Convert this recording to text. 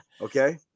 Okay